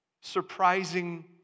surprising